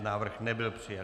Návrh nebyl přijat.